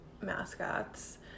mascots